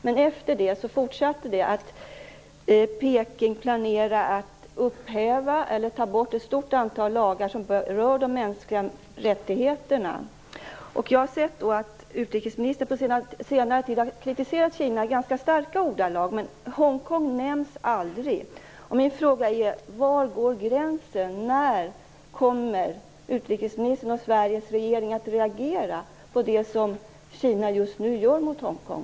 Det som har hänt efteråt är ändå att Peking planerar att ta bort ett stort antal lagar som rör de mänskliga rättigheterna. Utrikesministern har på senare tid kritiserat Kina i ganska starka ordalag, men Hongkong nämns aldrig. Min fråga är: Var går gränsen? När kommer utrikesministern och Sveriges regering att reagera på det som Kina just nu gör mot Hongkong?